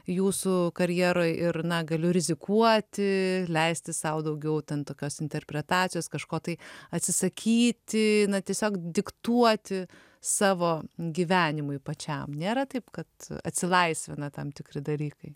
jūsų karjeroj ir na galiu rizikuoti leisti sau daugiau ten tokios interpretacijos kažko tai atsisakyti na tiesiog diktuoti savo gyvenimui pačiam nėra taip kad atsilaisvina tam tikri dalykai